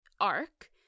arc